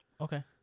Okay